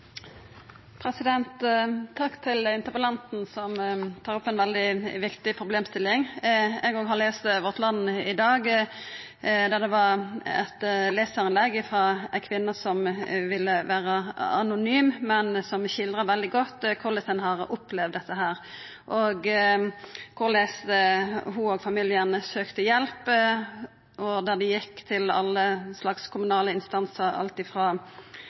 Takk til interpellanten, som tar opp ei veldig viktig problemstilling. Eg òg har lese Vårt Land i dag, der det var eit lesarinnlegg frå ei kvinne som ville vera anonym, men som skildra veldig godt korleis ein har opplevd dette, og korleis ho og familien søkte hjelp og der dei gjekk til alle slags kommunale instansar – alt